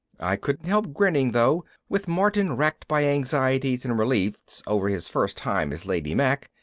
i couldn't help grinning, though with martin racked by anxieties and reliefs over his first time as lady mack,